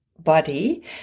body